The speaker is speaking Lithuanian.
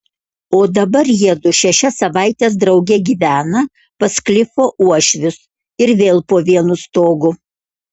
o dabar jiedu šešias savaites drauge gyvena pas klifo uošvius ir vėl po vienu stogu